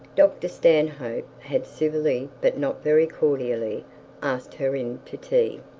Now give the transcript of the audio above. dr stanhope had civilly but not very cordially asked her in to tea,